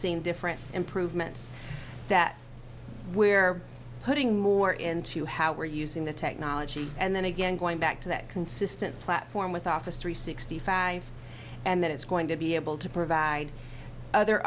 seeing different improvements that we're putting more into how we're using the technology and then again going back to that consistent platform with office three sixty five and then it's going to be able to provide other